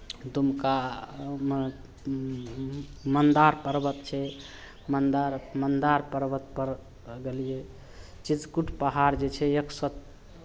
दुमकामे मन्दार पर्वत छै मन्दार मन्दार पर्वतपर गेलियै चित्रकूट पहाड़ जे छै एक सए